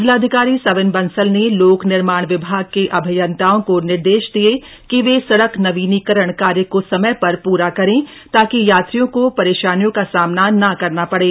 जिलाधिकारी सविन बंसल ने लोक निर्माण विभाग के अभियंताओं को निर्देश दिए कि वे सड़क नवीनीकरण कार्य को समय पर प्रा करे ताकि यात्रियों को परेशानियों का सामना न करना पड़े